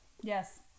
Yes